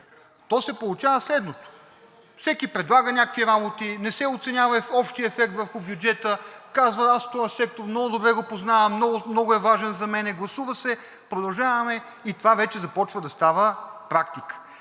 То се получава следното: всеки предлага някакви работи, не се оценява общият ефект върху бюджета. Казва: аз този сектор много добре го познавам, много е важен за мен, гласува се, продължаваме и това вече започва да става практика.